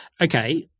okay